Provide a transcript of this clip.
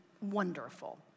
wonderful